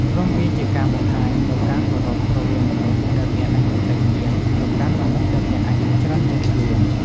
ព្រោះវាជាការបង្ហាញនូវការគោរពរវាងមនុស្សដែលមានអាយុតិចជាង ទៅកាន់មនុស្សដែលមានអាយុច្រើនជាងខ្លួន។